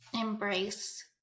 embrace